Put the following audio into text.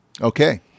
okay